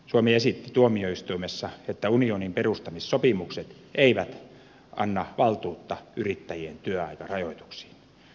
suomi esitti tuomioistuimessa että unionin perustamissopimukset eivät anna valtuutta yrittäjien työaikarajoituksiin